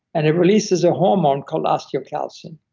and it releases a hormone called osteocalcin.